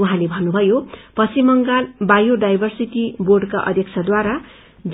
उहाँले भन्नुथयो Paschim Bengal biodiversity बोर्डका अध्यक्षद्वारा